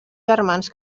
germans